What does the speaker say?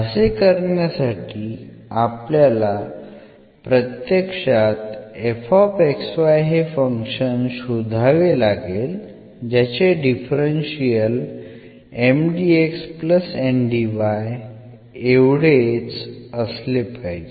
असे करण्यासाठी आपल्याला प्रत्यक्षात fxy हे फंक्शन शोधावे लागेल ज्याचे डिफरन्शियल एवढेच असले पाहिजे